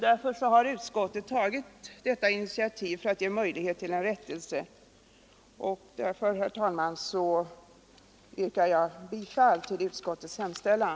Därför har utskottet tagit det här initiativet för att ge möjlighet till rättelse. Med detta, herr talman, yrkar jag bifall till utskottets hemställan.